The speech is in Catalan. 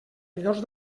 millors